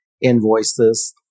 invoices